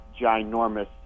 ginormous